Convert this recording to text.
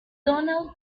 donald